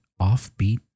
offbeat